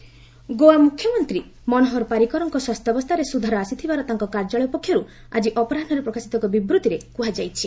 ମନୋହର ପାରିକର୍ ଗୋଆ ମୁଖ୍ୟମନ୍ତ୍ରୀ ମନୋହର ପାରିକର୍କ ସ୍ୱାସ୍ଥ୍ୟାବସ୍ଥାରେ ସୁଧାର ଆସିଥିବାର ତାଙ୍କ କାର୍ଯ୍ୟାଳୟ ପକ୍ଷରୁ ଆଜି ଅପରାହୁରେ ପ୍ରକାଶିତ ଏକ ବିବୃତ୍ତିରେ କୁହାଯାଇଛି